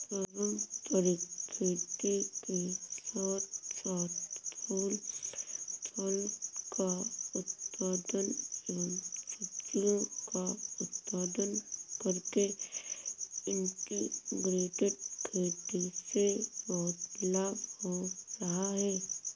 पारंपरिक खेती के साथ साथ फूल फल का उत्पादन एवं सब्जियों का उत्पादन करके इंटीग्रेटेड खेती से बहुत लाभ हो रहा है